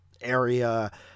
area